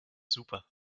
super